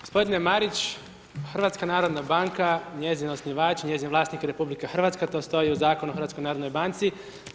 Gospodine Marić, HNB, njezin osnivač i njezin vlasnik je RH, to stoji u Zakonu o HNB-u.